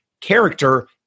character